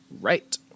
right